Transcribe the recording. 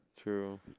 True